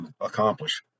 accomplish